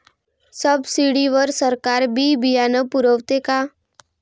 Subsidy वर सरकार बी बियानं पुरवते का?